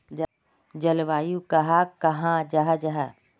जलवायु कहाक कहाँ जाहा जाहा?